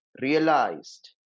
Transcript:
realized